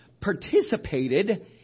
participated